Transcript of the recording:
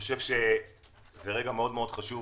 זה רגע חשוב